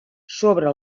sobre